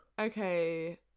Okay